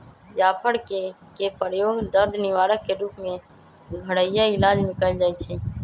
जाफर कें के प्रयोग दर्द निवारक के रूप में घरइया इलाज में कएल जाइ छइ